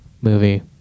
movie